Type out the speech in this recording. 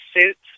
suits